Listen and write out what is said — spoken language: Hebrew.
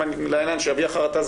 אם אדם יביע חרטה,